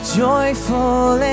joyful